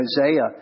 Isaiah